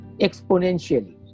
Exponentially